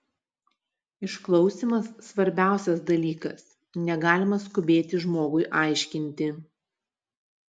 išklausymas svarbiausias dalykas negalima skubėti žmogui aiškinti